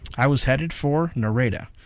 i was headed for nareda,